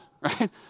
right